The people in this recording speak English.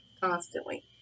constantly